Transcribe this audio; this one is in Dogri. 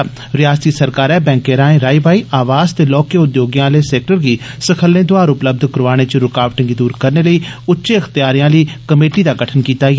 रिआसती सरकारै बैंकें राएं राई बाई आवास ते लौह्के उद्योगें आह्ले सैक्टरें गी सखल्ले दोआर उपलब्ध करोआने च रूकावटें गी दूर करने लेई उच्चे अख्तियारें आह्ली कमेटी दा गठन कीता ऐ